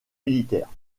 militaire